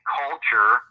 culture